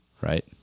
Right